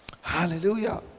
hallelujah